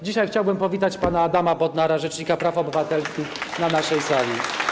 Dzisiaj chciałbym powitać pana Adama Bodnara, rzecznika praw obywatelskich, na naszej sali.